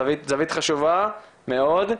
זווית חשובה מאוד.